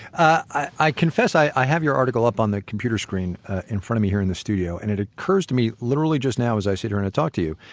i confess, i have your article up on the computer screen in front of me here in the studio. and it occurs to me, literally just now as i sit here and talk to you,